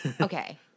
okay